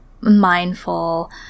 mindful